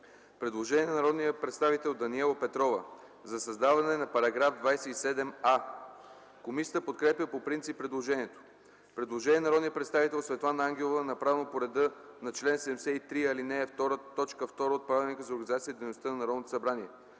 предложение от народния представител Даниела Петрова за създаване на § 27а. Комисията подкрепя по принцип предложението. Предложение от народния представител Светлана Ангелова, направено по реда на чл. 73, ал. 2, т. 2 от Правилника за организацията и дейността на Народното събрание.